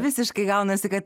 visiškai gaunasi kad